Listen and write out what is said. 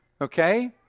okay